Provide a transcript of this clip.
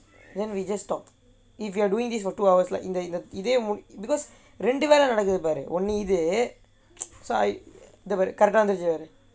then we just talk if you are doing this for two hours like இந்த இந்த இதே:intha intha ithai mood because இரண்டு வேலை நடக்குது ஒன்னு இது:irandu vellai nadakuttu onnu ithu so I இப்பே:ippei correct ஆ வந்திருச்சு:aa vanthiruchu